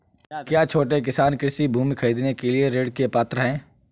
क्या छोटे किसान कृषि भूमि खरीदने के लिए ऋण के पात्र हैं?